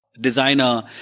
designer